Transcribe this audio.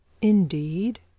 Indeed